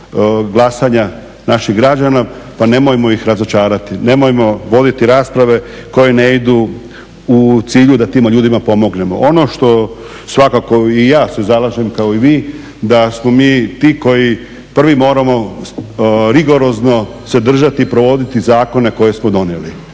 glasanja naših građana pa nemojmo ih razočarati, nemojmo voditi rasprave koje ne idu u cilju da tim ljudima pomognemo. Ono što svakako i ja se zalažem kao i vi da smo mi ti koji prvi moramo rigorozno se držati, provoditi i provoditi zakone koje smo donijeli.